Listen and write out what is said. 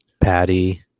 patty